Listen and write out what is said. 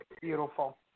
Beautiful